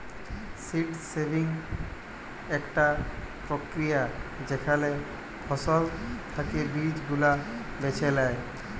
seed saving আকটা প্রক্রিয়া যেখালে ফসল থাকি বীজ গুলা বেছে লেয়